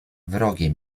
wrogie